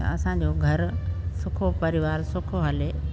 असांजो घरु सुखो परिवार सुखो हले